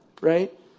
right